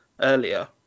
earlier